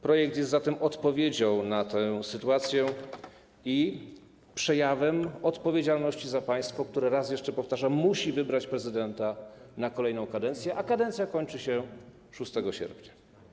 Projekt jest zatem odpowiedzią na tę sytuację i przejawem odpowiedzialności za państwo, które, raz jeszcze powtarzam, musi wybrać prezydenta na kolejną kadencję, a kadencja kończy się 6 sierpnia.